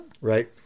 Right